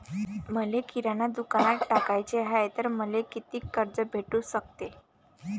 मले किराणा दुकानात टाकाचे हाय तर मले कितीक कर्ज भेटू सकते?